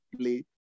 play